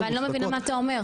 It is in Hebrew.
אבל אני לא מבינה מה את אומר,